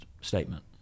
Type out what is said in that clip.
statement